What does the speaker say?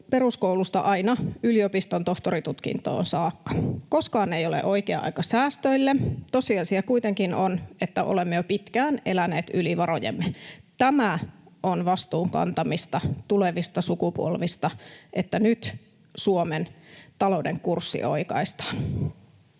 peruskoulusta aina yliopiston tohtoritutkintoon saakka. Koskaan ei ole oikea aika säästöille. Tosiasia kuitenkin on, että olemme jo pitkään eläneet yli varojemme. Tämä on vastuun kantamista tulevista sukupolvista, että nyt Suomen talouden kurssi oikaistaan.